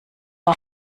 war